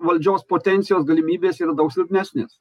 valdžios potencijos galimybės yra daug silpnesnės